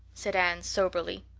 said anne soberly.